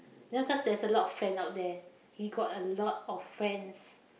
then because there's a lot of friend out there he got a lot of friends